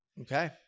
Okay